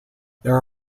there